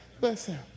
Listen